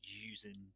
using